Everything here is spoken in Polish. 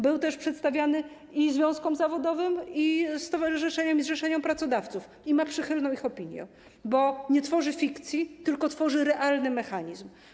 Był też przedstawiany związkom zawodowym, stowarzyszeniom i zrzeszeniom pracodawców i ma przychylną ich opinię, bo nie tworzy fikcji, tylko tworzy realny mechanizm.